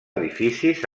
edificis